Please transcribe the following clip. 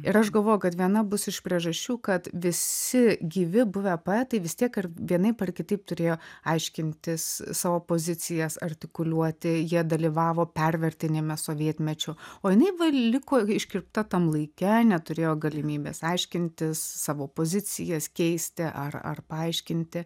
ir aš galvoju kad viena bus iš priežasčių kad visi gyvi buvę poetai vis tiek vienaip ar kitaip turėjo aiškintis savo pozicijas artikuliuoti jie dalyvavo pervertinime sovietmečiu o jinai va liko iškirpta tam laike neturėjo galimybės aiškintis savo pozicijas keisti ar ar paaiškinti